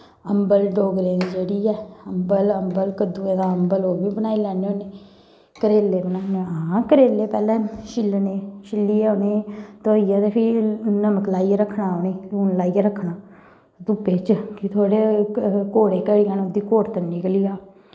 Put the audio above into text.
अम्बल डोगरें दी जेह्ड़ी ऐ अम्बल अम्बल कद्दुएं दा अम्बल ओह् बी बनाई लैन्ने होन्ने करेले बनाने हां करेले पैह्लें छिल्लने छिल्लियै उ'नें गी धोइयै ते फ्ही नमक लाइयै रक्खना उ'नें गी लून लाइयै रक्खना धुप्पै च फ्ही थोह्ड़े कौड़े घटी जाह्न उं'दी कौड़तन निकली जा